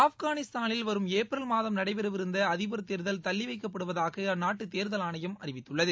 ஆப்கானிஸ்தானில் வரும் ஏப்ரல் மாதம் நடைபெறவிருந்த அதிபர் தேர்தல் தள்ளி வைக்கப்படுவதாக அந்நாட்டு தேர்தல் ஆணையம் அறிவித்துள்ளது